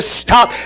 stop